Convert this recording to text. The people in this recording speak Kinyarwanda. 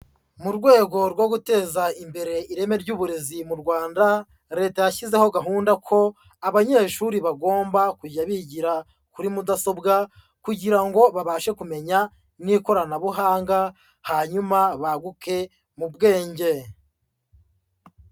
Mu rwego rwo guteza imbere ireme ry'uburezi mu Rwanda Leta yashyizeho gahunda ko abanyeshuri bagomba kujya bigira kuri mudasobwa kugira ngo babashe kumenya n'ikoranabuhanga hanyuma baguke mu bwenge.